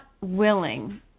willing